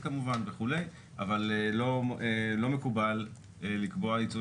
קינלי, אבל חשבתי שאתה אומר את זה בשם